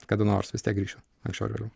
kada nors vis tiek grįšiu anksčiau ar vėliau